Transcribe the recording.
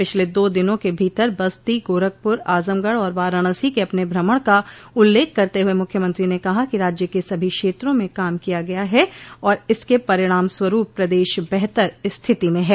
पिछले दो दिनों के भीतर बस्ती गोरखपुर आजमगढ़ और वाराणसी के अपने भ्रमण का उल्लेख करते हुए मुख्यमंत्री ने कहा कि राज्य के सभी क्षेत्रों में काम किया गया है और इसके परिणाम स्वरूप प्रदेश बेहतर स्थिति में हैं